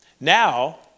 Now